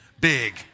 big